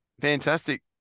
fantastic